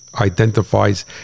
identifies